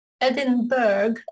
Edinburgh